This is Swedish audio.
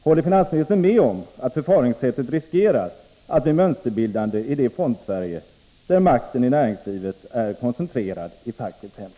Håller finansministern med om att förfaringssättet riskerar att bli mönsterbildande i det Fondsverige där makten i näringslivet är koncentrerad i fackets händer?